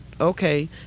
okay